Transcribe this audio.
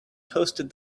toasted